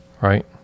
right